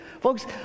Folks